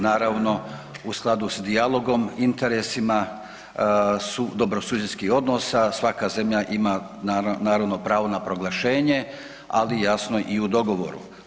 Naravno, u skladu s dijalogom, interesima dobrosusjedskih odnosa, svaka zemlja ima, naravno, pravo na proglašenje, ali jasno i u dogovoru.